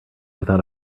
without